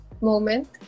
moment